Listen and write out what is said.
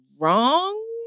wrong